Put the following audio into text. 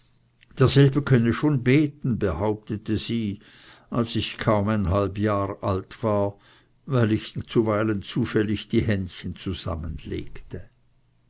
ich könne schon beten behauptete sie als ich kaum ein halb jahr alt war weil ich zuweilen zufällig die händchen